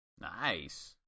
Nice